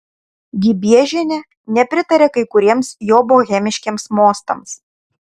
gibiežienė nepritaria kai kuriems jo bohemiškiems mostams